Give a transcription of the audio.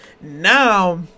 Now